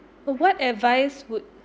what advice would